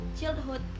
Childhood